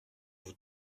vous